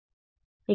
విద్యార్థికి ఇది